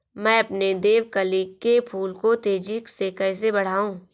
मैं अपने देवकली के फूल को तेजी से कैसे बढाऊं?